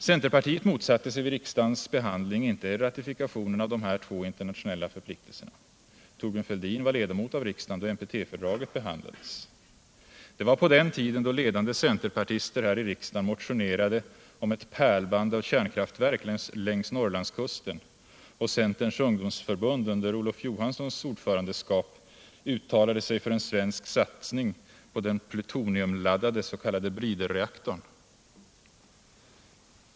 Centerpartiet motsatte sig vid riksdagens behandling inte ratificeringen av dessa två internationella förpliktelser. Thorbjörn Fälldin var ledamot av riksdagen då NPT-fördraget behandlades. Det var på den tiden då ledande centerpartister här i riksdagen motionerade om ”ett pärlband av kärnkraftverk längs Norrlandskusten” och Centerns ungdomsförbund under Olof Johanssons ordförandeskap uttalade sig för en svensk satsning på den plutoniumladdade s.k. bridreaktorn.